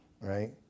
Right